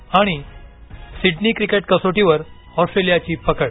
आणि Sydney cricket कसोटीवर ऑस्ट्रेलियाची पकड